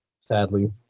sadly